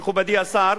מכובדי השר,